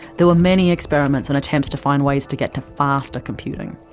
there were many experiments and attempts to find ways to get to faster computing.